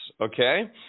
okay